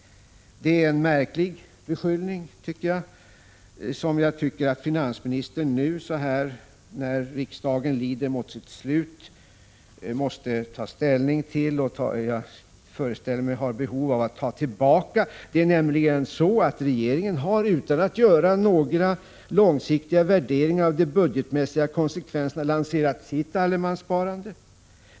Det är en märklig beskyllning, som jag tycker att finansministern nu när riksmötet lider mot sitt slut måste ta ställning till och ha behov av att ta tillbaka. Det är nämligen så att regeringen 19 lanserade sitt allemanssparande utan att göra några långsiktiga värderingar av de budgetmässiga konsekvenserna.